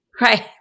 Right